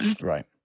Right